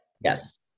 Yes